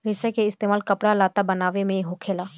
रेसा के इस्तेमाल कपड़ा लत्ता बनाये मे होखेला